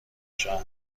شهر